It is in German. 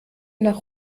nach